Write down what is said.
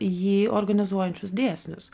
jį organizuojančius dėsnius